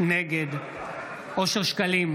בעד יצחק קרויזר,